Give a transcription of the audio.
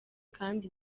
kandi